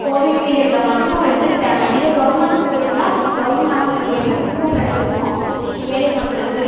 Covid பீரியட்டில் மட்டும் எடுத்துக்கிட்டாங்க இதே கவர்மெண்ட் போயிருந்தால் கவர்மெண்ட் ஹாஸ்பிட்டல் போயிருந்தால் ஃப்ரீயாக கிடைச்சிருக்கும் ஏழை மக்களுக்கு